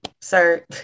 sir